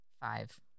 Five